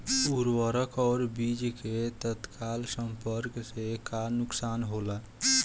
उर्वरक और बीज के तत्काल संपर्क से का नुकसान होला?